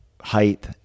height